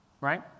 Right